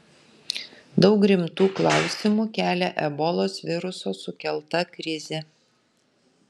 daug rimtų klausimų kelia ebolos viruso sukelta krizė